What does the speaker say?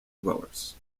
dwellers